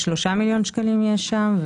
3 מיליון שקלים יש שם,